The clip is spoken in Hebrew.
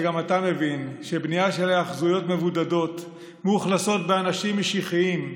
שגם אתה מבין שבנייה של היאחזויות מבודדות מאוכלסות באנשים משיחיים,